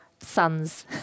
sons